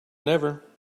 never